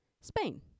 Spain